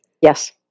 Yes